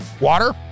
water